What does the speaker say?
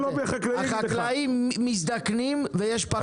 החקלאים מזדקנים ויש פחות חקלאים בישראל.